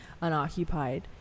unoccupied